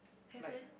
have meh